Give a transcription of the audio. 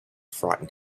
frighten